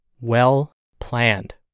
well-planned